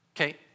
Okay